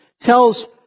tells